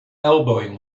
elbowing